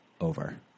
over